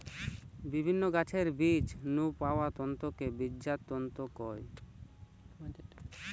বিভিন্ন গাছের বীজ নু পাওয়া তন্তুকে বীজজাত তন্তু কয়